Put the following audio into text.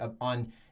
On